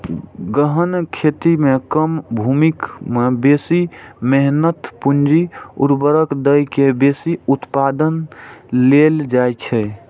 गहन खेती मे कम भूमि मे बेसी मेहनत, पूंजी, उर्वरक दए के बेसी उत्पादन लेल जाइ छै